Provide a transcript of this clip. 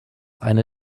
eine